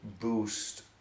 boost